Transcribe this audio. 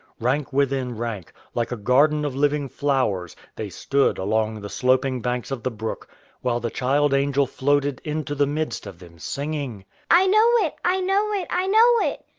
rank within rank, like a garden of living flowers, they stood along the sloping banks of the brook while the child-angel floated into the midst of them, singing i know it, i know it, i know it!